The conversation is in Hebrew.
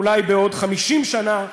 אולי בעוד 50 שנה,